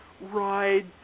ride